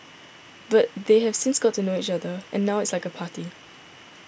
but they have since got to know each other and now it is like a party